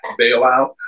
bailout